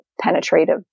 penetrative